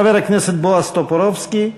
חבר הכנסת בועז טופורובסקי,